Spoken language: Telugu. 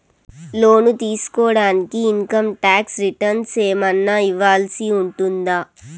లోను తీసుకోడానికి ఇన్ కమ్ టాక్స్ రిటర్న్స్ ఏమన్నా ఇవ్వాల్సి ఉంటుందా